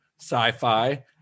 sci-fi